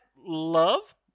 love